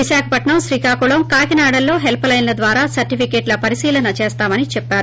విశాఖపట్నం శ్రీకాకుళం కాకినాడలో హెల్స్ లైన్ల ద్వారా సర్టిఫికేషన్ల పరిశీలన చేస్తామని చెప్పారు